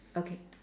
okay